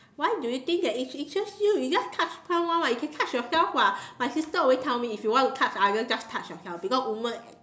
why do you think that it's it's just you you just touch someone [what] you can touch yourself [what] my sister always tell me if you want to touch others you just touch yourself because woman and